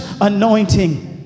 anointing